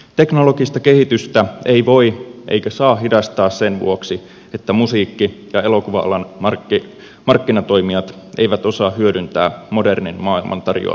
teknologista kehitystä ei voi eikä saa hidastaa sen vuoksi että musiikki ja elokuva alan markkinatoimijat eivät osaa hyödyntää modernin maailman tarjoamia mahdollisuuksia